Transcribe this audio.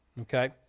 okay